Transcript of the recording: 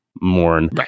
mourn